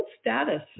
status